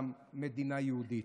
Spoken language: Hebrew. גם מדינה יהודית.